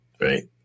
right